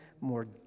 more